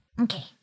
Okay